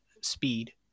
speed